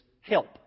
help